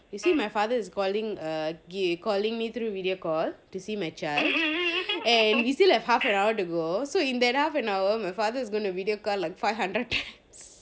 you see my father is boiling a gay calling me through video call to see my chat and we still got half an hour to go so in the half an hour my father is gonna video car like five hundred times